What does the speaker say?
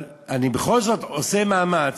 אבל אני בכל זאת עושה מאמץ,